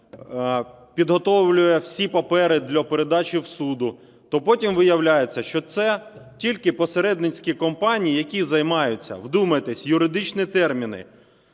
підготовлює всі папери для передачі до суду, то потім виявляється, що це тільки посередницькі компанії, які займаються, вдумайтеся, юридичні терміни,